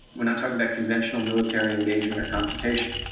we're not talking about conventional military engagement or confrontation.